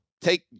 Take